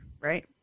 right